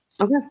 Okay